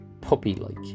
puppy-like